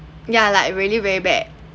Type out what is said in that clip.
ya like really very bad